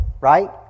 right